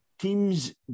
teams